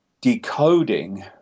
decoding